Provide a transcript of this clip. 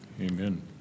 Amen